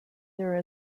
there